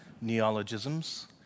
neologisms